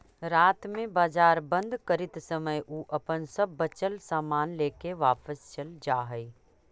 रात में बाजार बंद करित समय उ अपन सब बचल सामान लेके वापस चल जा हइ